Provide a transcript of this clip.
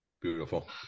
beautiful